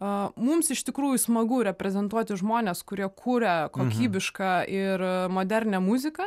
o mums iš tikrųjų smagu reprezentuoti žmones kurie kuria kokybišką ir modernią muziką